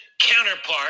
counterpart